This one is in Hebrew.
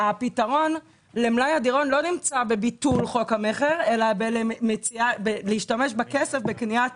הפתרון למלאי הדירות לא נמצא בביטול חוק המכר אלא להשתמש בכסף בקניית